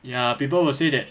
ya people will say that